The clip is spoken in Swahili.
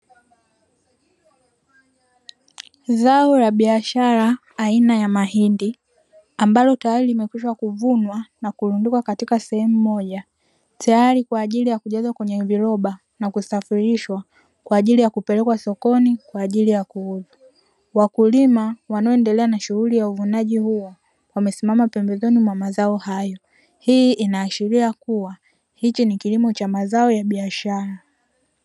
Zao la biashara aina ya mahindi, ambalo tayari limekwisha kuvunwa nakurundikwa katika sehemu moja, tayari kwa ajili ya kujazwa kwenye viroba na kusafirisha kwa ajili yakupelekwa sokoni kwaajili yakuuzwa. Wakulima wanaoendelea na shughuli ya uvunaji huo wamesimama pembezoni mwa mazao hayo. Hii inaashiria kuwa hiki ni kilimo cha mazao ya biashara.